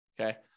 Okay